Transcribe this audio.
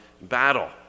battle